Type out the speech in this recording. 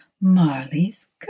Marley's